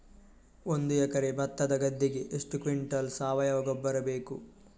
ಒಂದು ಎಕರೆ ಭತ್ತದ ಗದ್ದೆಗೆ ಎಷ್ಟು ಕ್ವಿಂಟಲ್ ಸಾವಯವ ಗೊಬ್ಬರ ಬೇಕು?